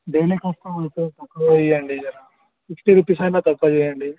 daily కస్టమర్స్కి తక్కువ ఇయ్యండి జర ఫిఫ్టీ రుపీస్ అయినా తక్కువ చెయ్యండి